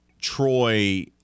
Troy